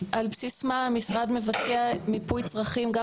על בסיס מה המשרד מבצע מיפוי צרכים גם